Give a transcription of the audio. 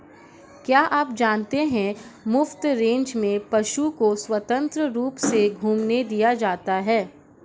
क्या आप जानते है मुफ्त रेंज में पशु को स्वतंत्र रूप से घूमने दिया जाता है?